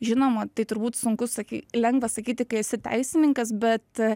žinoma tai turbūt sunku saky lengva sakyti kai esi teisininkas bet